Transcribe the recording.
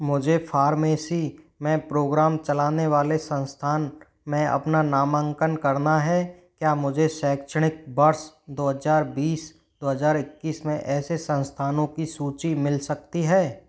मुझे फ़ार्मेसी में प्रोग्राम चलाने वाले संस्थान में अपना नामांकन करना है क्या मुझे शैक्षणिक वर्ष दो हज़ार बीस दो हज़ार इक्कीस में ऐसे संस्थानों की सूची मिल सकती है